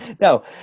no